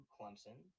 Clemson